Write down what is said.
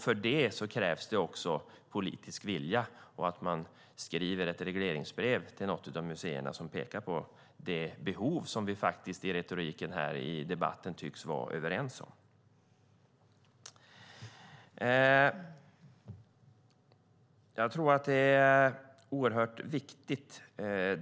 För det krävs det politisk vilja och att man skriver ett regleringsbrev till något av museerna som pekar på det behov som vi i retoriken i debatten här tycks vara överens om finns.